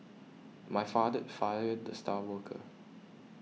my father fired the star worker